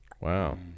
Wow